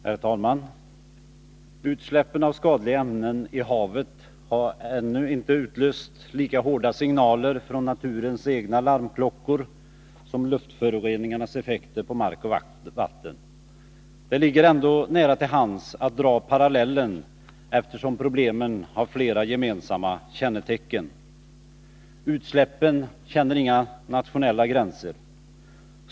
Herr talman! Utsläppen av skadliga ämnen i havet har ännu inte utlöst lika hårda signaler från naturens egna larmklockor som luftföroreningarnas effekter på mark och vatten. Det ligger ändå nära till hands att dra parallellen, eftersom problemen har flera gemensamma kännetecken. Utsläppen känner inga nationella gränser.